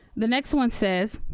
the next one says,